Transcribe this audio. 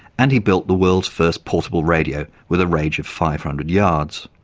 and he built the world's first portable radio with a range of five hundred yards.